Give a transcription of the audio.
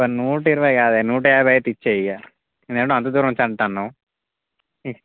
ఒక నూట ఇరవై కాదె నూట యాభై అయితే ఇచ్చేయ్య ఈయనేంటో అంత దూరం నుంచి అంటాన్నావు